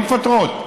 לא מפטרות,